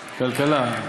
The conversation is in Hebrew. כלכלה?